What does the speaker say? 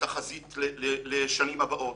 תחזית לשנים הבאות.